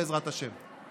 בעזרת השם.